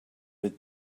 with